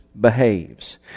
behaves